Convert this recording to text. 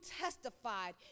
testified